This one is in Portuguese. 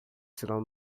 serão